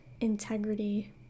integrity